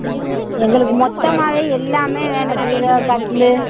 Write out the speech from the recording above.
ம் எங்களுக்கு மொத்தமாகவே எல்லாமே வேணும் பீரோ கட்லு